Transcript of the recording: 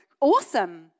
awesome